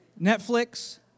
Netflix